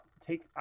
take